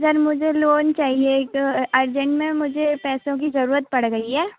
sir मुझे loan चाहिए एक अर्जेंट में मुझे पैसों की ज़रूरत पड़ गई है